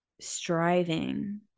striving